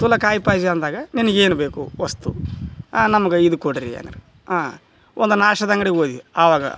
ತುಲ ಕಾಯಿ ಪಾಜಿ ಅಂದಾಗ ನಿನಗೆ ಏನು ಬೇಕು ವಸ್ತು ನಮ್ಗೆ ಇದು ಕೊಡಿರಿ ಅಂದ್ರೆ ಒಂದು ನಾಷ್ಟದ ಅಂಗ್ಡಿಗೆ ಹೋದ್ವಿ ಅವಾಗ